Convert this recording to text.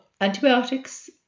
antibiotics